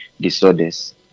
disorders